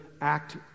act